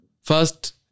First